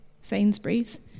Sainsbury's